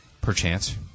perchance